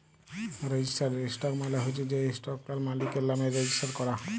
registered stock মালে হচ্যে যে ইসটকট তার মালিকের লামে রেজিস্টার ক্যরা